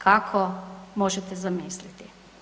Kako, možete zamisliti.